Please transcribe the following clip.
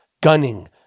gunning